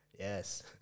Yes